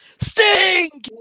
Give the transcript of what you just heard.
Sting